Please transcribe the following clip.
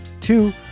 two